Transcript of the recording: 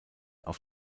auf